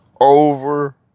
over